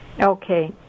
Okay